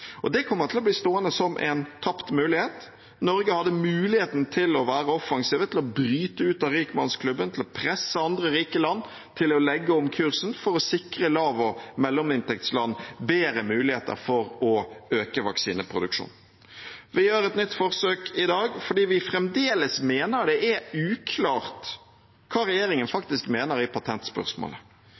Det kommer til å bli stående som en tapt mulighet. Norge hadde muligheten til å være offensive, til å bryte ut av rikmannsklubben, til å presse andre rike land, til å legge om kursen for å sikre lav- og mellominntektsland bedre muligheter til å øke vaksineproduksjonen. Vi gjør et nytt forsøk i dag fordi vi fremdeles mener det er uklart hva regjeringen faktisk mener i patentspørsmålet.